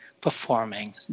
performing